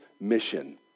mission